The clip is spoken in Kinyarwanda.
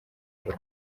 paul